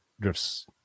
drifts